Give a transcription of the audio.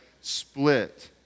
split